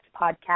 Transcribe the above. Podcast